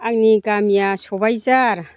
आंनि गामिया सबायजार